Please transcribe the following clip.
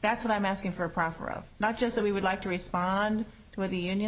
that's what i'm asking for a proper of not just how we would like to respond to what the union